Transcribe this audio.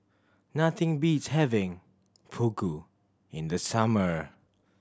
nothing beats having Fugu in the summer